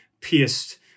pierced